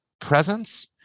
presence